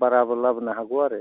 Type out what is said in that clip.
बाराबो लाबोनो हागौ आरो